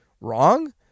wrong